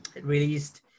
released